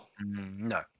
No